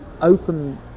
open